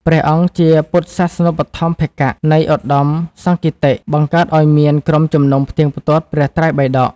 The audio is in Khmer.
ព្រះអង្គ ជាពុទ្ធសាសនូបត្ថម្ភកៈនៃឧត្តមសង្គីតិ បង្កើតឱ្យមានក្រុមជំនុំផ្ទៀងផ្ទាត់ព្រះត្រៃបិដក ។